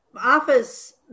office